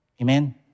Amen